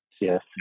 yes